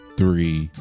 three